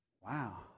Wow